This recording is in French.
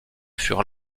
furent